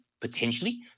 potentially